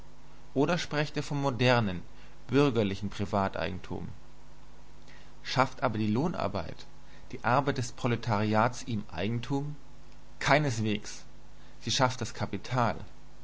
oder sprecht ihr vom modernen bürgerlichen privateigentum schafft aber die lohnarbeit die arbeit des proletariers ihm eigentum keineswegs sie schafft das kapital